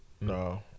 No